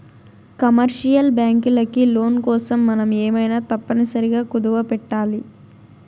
commercial బ్యాంకులకి loan కోసం మనం ఏమైనా తప్పనిసరిగా కుదవపెట్టాలి